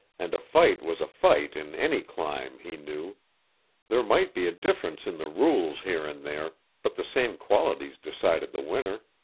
and a fight was a fight in any clime, he knew there might be a difference in the rules here and there, but the same qualities decided the winner.